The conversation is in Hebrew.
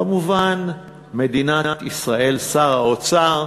כמובן, מדינת ישראל, שר האוצר.